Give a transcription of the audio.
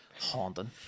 Haunting